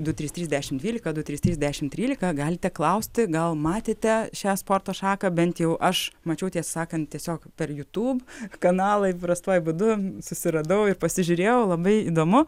du trys trys dešim dvylika du trys trys dešim trylika galite klausti gal matėte šią sporto šaką bent jau aš mačiau tiesą sakan tiesiog per youtube kanalą įprastuoju būdu susiradau ir pasižiūrėjau labai įdomu